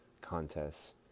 contests